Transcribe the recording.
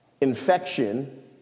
infection